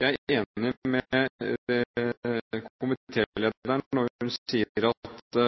Jeg er enig med komitélederen når hun sier at